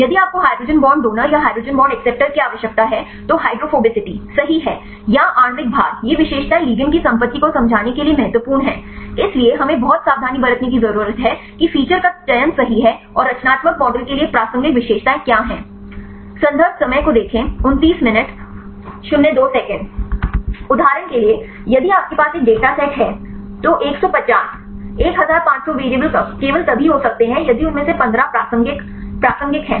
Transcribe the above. यदि आपको hydrogen bond donor या हाइड्रोजन बॉन्ड अक्सेप्टर की आवश्यकता है तो हाइड्रोफोबिसिटी सही है या आणविक भार ये विशेषताएं लिगैंड की संपत्ति को समझाने उदाहरण के लिए यदि आपके पास एक डेटा सेट है तो 150 1500 वेरिएबल केवल तभी हो सकते हैं यदि उनमें से 15 प्रासंगिक प्रासंगिक हैं